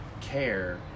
care